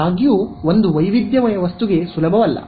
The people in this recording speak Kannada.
ಆದಾಗ್ಯೂ ಒಂದು ವೈವಿಧ್ಯಮಯ ವಸ್ತುವಿಗೆ ಸುಲಭವಲ್ಲ